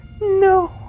No